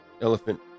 elephant